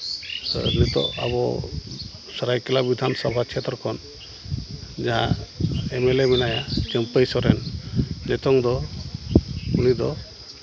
ᱱᱤᱛᱚᱜ ᱟᱵᱚ ᱥᱟᱨᱟᱭᱠᱮᱞᱞᱟ ᱵᱤᱫᱷᱟᱱ ᱥᱚᱵᱷᱟ ᱪᱷᱮᱛᱨᱚ ᱠᱷᱚᱱ ᱤᱧᱟᱹᱜ ᱮᱹᱢ ᱮᱹᱞ ᱮᱹ ᱢᱮᱱᱟᱭᱟ ᱪᱟᱹᱢᱯᱟᱹᱭ ᱥᱚᱨᱮᱱ ᱱᱤᱛᱚᱝ ᱫᱚ ᱩᱱᱤ ᱫᱚ